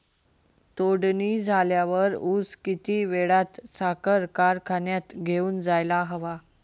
तोडणी झाल्यावर ऊस किती वेळात साखर कारखान्यात घेऊन जायला हवा?